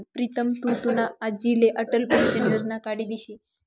प्रीतम तु तुना आज्लाले अटल पेंशन योजना काढी दिशी